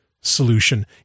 solution